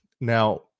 Now